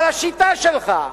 אבל השיטה שלך,